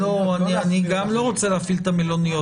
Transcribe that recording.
לא להחזיר את --- אני גם לא רוצה להפעיל את המלוניות,